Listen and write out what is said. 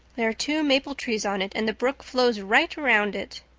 there are two maple trees on it and the brook flows right around it.